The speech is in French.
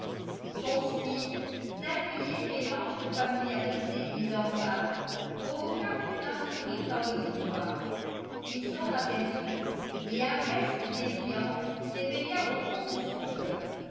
son style singulier mélange de familiarité et d'emphase provoqua plus d'un sourire dans l'auditoire il s'en aperçut et un reste de défiance s'éveilla au fond de son coeur